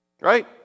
right